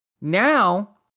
now